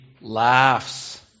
laughs